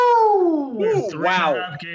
Wow